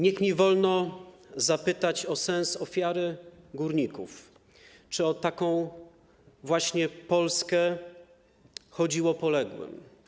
Niech będzie mi wolno zapytać o sens ofiary górników: Czy o taką właśnie Polskę chodziło poległym?